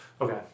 Okay